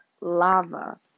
lava